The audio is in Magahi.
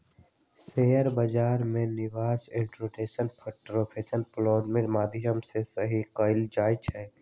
शेयर बजार में निवेश इलेक्ट्रॉनिक ट्रेडिंग प्लेटफॉर्म के माध्यम से सेहो कएल जाइ छइ